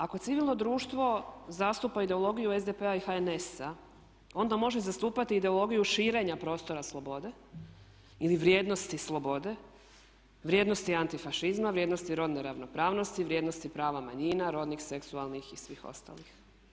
Ako civilno društvo zastupa ideologiju SDP-a i HNS-a onda može zastupati i ideologiju širenja prostora slobode ili vrijednosti slobode, vrijednosti antifašizma, vrijednosti rodne ravnopravnosti, vrijednosti prava manjina, rodnih, seksualnih i svih ostalih.